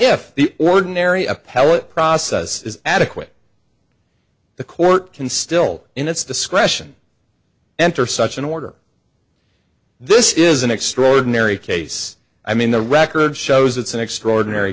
if the ordinary appellate process is adequate the court can still in its discretion enter such an order this is an extraordinary case i mean the record shows it's an extraordinary